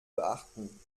beachten